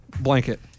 blanket